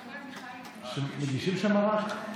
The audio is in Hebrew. מגישים שם מרק?